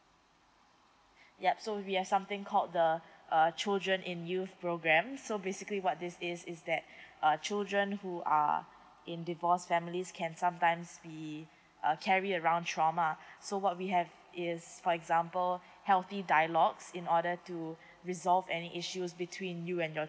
yup so we have something called the uh children in youth program so basically what this is is that uh children who are in divorce families can sometimes be err carry around trauma so what we have is for example healthy dialogues in order to resolve any issues between you and your